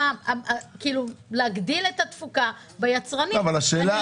להגדיל את התפוקה בייצור --- השאלה